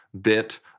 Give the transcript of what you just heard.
bit